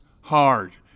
hard